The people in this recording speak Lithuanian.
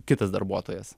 kitas darbuotojas